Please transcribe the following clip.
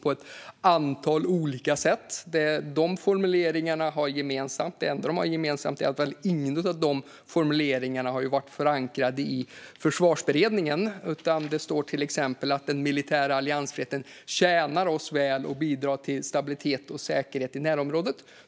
Det enda dessa formuleringar har gemensamt är att ingen har varit förankrad i Försvarsberedningen, utan det står till exempel att den militära alliansfriheten tjänar oss väl och bidrar till stabilitet och säkerhet i närområdet.